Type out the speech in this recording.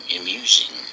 amusing